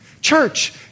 Church